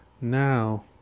now